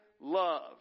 love